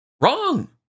Wrong